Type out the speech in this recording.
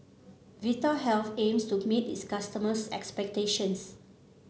vitahealth aims to meet its customers' expectations